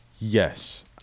Yes